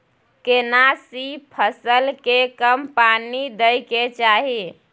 केना सी फसल के कम पानी दैय के चाही?